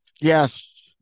yes